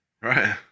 Right